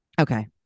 okay